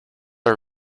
our